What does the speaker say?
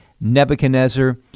Nebuchadnezzar